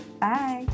Bye